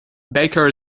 baker